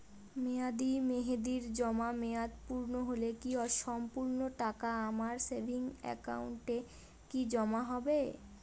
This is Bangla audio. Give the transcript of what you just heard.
মেয়াদী মেহেদির জমা মেয়াদ পূর্ণ হলে কি সম্পূর্ণ টাকা আমার সেভিংস একাউন্টে কি জমা হবে?